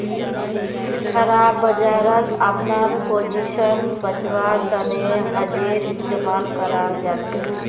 खराब बजारत अपनार पोजीशन बचव्वार तने हेजेर इस्तमाल कराल जाछेक